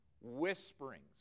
whisperings